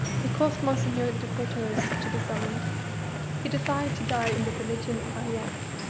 he caused monseigneur de courteheuse to be summoned he desired to die in the religion of aliette.